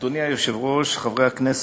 אדוני היושב-ראש, חברי הכנסת,